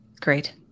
Great